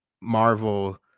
Marvel